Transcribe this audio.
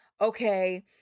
okay